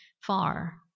far